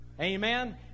amen